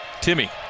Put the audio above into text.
Timmy